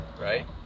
right